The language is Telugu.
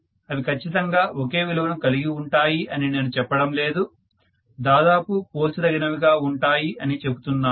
అవి ఖచ్చితంగా ఒకే విలువను కలిగి ఉంటాయి అని నేను చెప్పడము లేదు దాదాపు పోల్చదగినవిగా ఉంటాయి అని చెప్తున్నాను